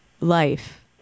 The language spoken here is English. life